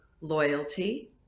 loyalty